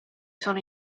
sono